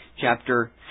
chapter